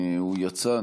הוא יצא.